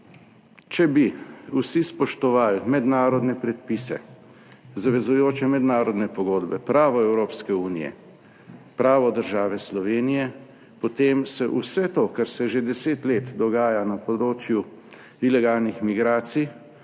Če bi vsi spoštovali mednarodne predpise, zavezujoče mednarodne pogodbe, pravo Evropske unije, pravo države Slovenije, potem se vse to, kar se že deset let dogaja na področju ilegalnih migracij,